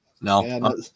no